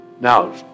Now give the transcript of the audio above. Now